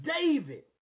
David